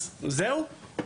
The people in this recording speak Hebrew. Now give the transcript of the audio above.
אז זהו?